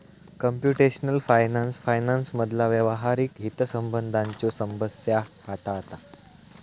computational finance फायनान्समधला व्यावहारिक हितसंबंधांच्यो समस्या हाताळता